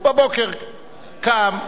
הוא בבוקר קם,